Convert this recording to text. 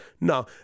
No